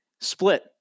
Split